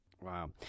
Wow